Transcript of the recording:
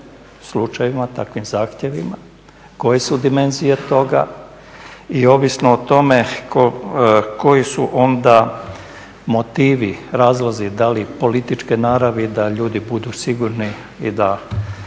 slučajevima, takvim zahtjevima? Koje su dimenzije toga i ovisno o tome, koji su onda motivi, razlozi, da li političke naravi, da ljudi budu sigurni i da